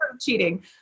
cheating